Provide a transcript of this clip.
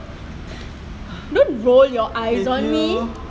don't roll your eyes on me